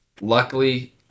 luckily